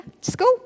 school